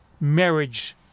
marriage